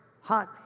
hot